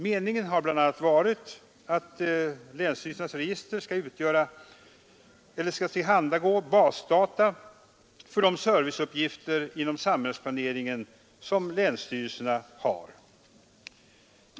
Det har varit meningen att länsstyrelsernas register skall tillhandahålla basdata för de serviceuppgifter inom samhällsplaneringen som länsstyrelserna har.